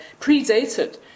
predated